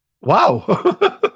Wow